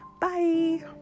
Bye